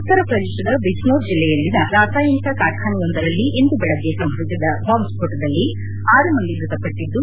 ಉತ್ತರ ಶ್ರದೇಶದ ಬಿಜ್ನೋರ್ ಜಿಲ್ಲೆಯಲ್ಲಿನ ರಾಸಾಯನಿಕ ಕಾರ್ಖಾನೆಯೊಂದರಲ್ಲಿ ಇಂದು ಬೆಳಗ್ಗೆ ಸಂಭವಿಸಿದ ಬಾಂಬ್ ಸ್ಕೋಟದಲ್ಲಿ ಆರು ಮಂದಿ ಮೃತಪಟ್ಟದ್ದು